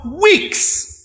weeks